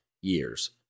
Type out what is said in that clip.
years